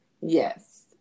Yes